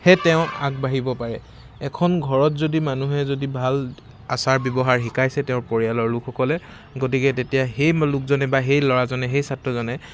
হে তেওঁ আগবাঢ়িব পাৰে এখন ঘৰত যদি মানুহে যদি ভাল আচাৰ ব্যৱহাৰ শিকাইছে তেওঁৰ পৰিয়ালৰ লোকসকলে গতিকে তেতিয়াই সেই লোকজনে বা সেই ল'ৰাজনে সেই ছাত্ৰজনে